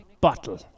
Bottle